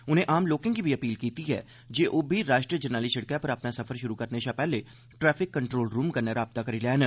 उनें आम लोकें गी बी अपील कीती ऐ जे ओह बी राष्ट्री जरनैली सिड़कै पर अपना सफर शुरु करने शा पैहले ट्रैफिक कन्ट्रोल रूम कन्नै राबता करी लैन